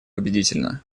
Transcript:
убедительно